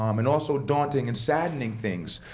um and also daunting and saddening things,